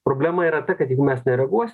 problema yra ta kad jeigu mes nereaguos